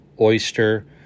oyster